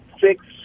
six